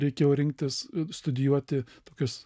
reikėjo rinktis studijuoti tokius